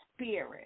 Spirit